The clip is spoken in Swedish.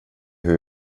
hur